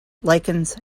lichens